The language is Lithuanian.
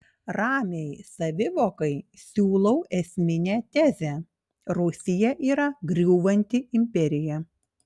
ramiai savivokai siūlau esminę tezę rusija yra griūvanti imperija